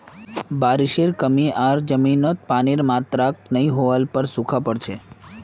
बारिशेर कमी आर जमीनत पानीर मात्रा नई होल पर सूखा पोर छेक